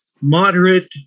moderate